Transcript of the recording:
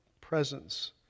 presence